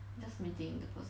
just meeting the person